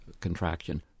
contraction